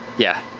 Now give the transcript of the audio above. yeah,